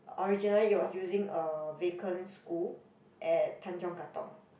originally it was using a vacant school at Tanjong-Katong